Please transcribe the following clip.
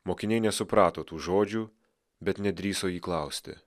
mokiniai nesuprato tų žodžių bet nedrįso jį klausti